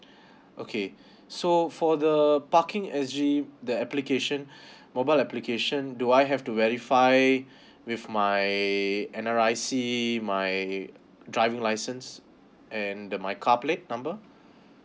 okay so for the parking S G the application mobile application do I have to verify with my N_R_I_C my driving license and the my car plate number